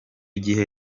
gihe